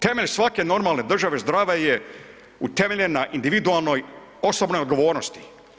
Temelj svake normalne države i zdrave je utemeljeno na individualnoj osobnoj odgovornosti.